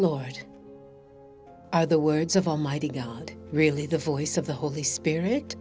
lord are the words of almighty god really the voice of the holy spirit